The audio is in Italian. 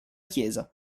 chiesa